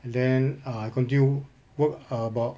and then err I continue work about